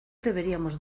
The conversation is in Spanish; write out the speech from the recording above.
deberíamos